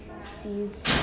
sees